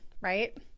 right